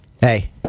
hey